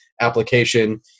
application